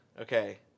Okay